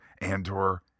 Andor